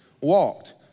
walked